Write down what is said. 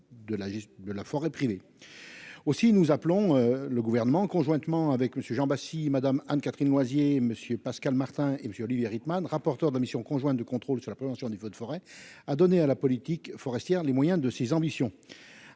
de la forêt privée aussi, nous appelons le gouvernement conjointement avec le sujet, bah si Madame Anne-Catherine Loisier monsieur Pascal Martin et monsieur Olivier Rickman, rapporteur de la mission conjointe de contrôle sur la prévention des feux de forêt a donné à la politique forestière, les moyens de ses ambitions